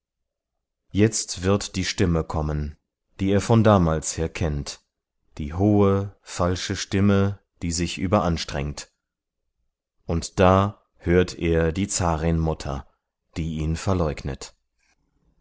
jetzt wird die stimme kommen die er von damals her kennt die hohe falsche stimme die sich überanstrengt und da hört er die zarinmutter die ihn verleugnet